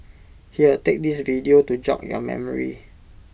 here take this video to jog your memory